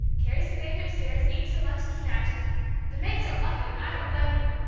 carries the baby upstairs, eats her lunch in snatches the maids don't like it, and i don't blame them!